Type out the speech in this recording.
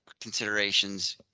considerations